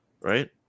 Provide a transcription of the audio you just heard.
right